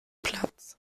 platz